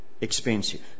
expensive